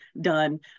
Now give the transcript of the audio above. Done